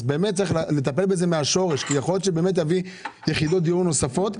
צריך לטפל בזה מהשורש כי יכול להיות שבאמת נביא יחידות דיור נוספות.